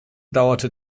dauerte